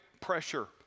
pressure